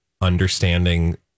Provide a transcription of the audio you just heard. understanding